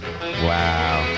Wow